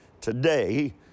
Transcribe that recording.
Today